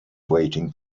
waiting